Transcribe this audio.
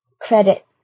credit